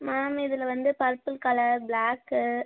ma'am இதில் வந்து purple colour black